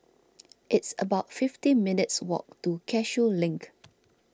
it's about fifty minutes' walk to Cashew Link